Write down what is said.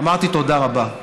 אמרתי תודה רבה.